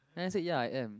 then I said ya I am